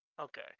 Okay